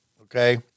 Okay